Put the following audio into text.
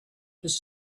his